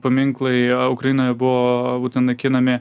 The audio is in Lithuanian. paminklai o ukrainoje buvo būten naikinami